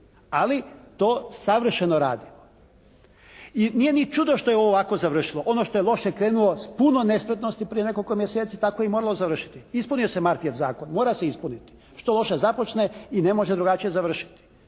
Ali, to savršeno radimo. I nije ni čudo što je ovo ovako završilo. Ono što je loše krenulo s puno nespretnosti prije nekoliko mjeseci tako je i moralo završiti. Ispunio se Marfyev zakon. Mora se ispuniti. Što loše započne i ne može drugačije završiti.